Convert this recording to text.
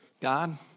God